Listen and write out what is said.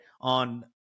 On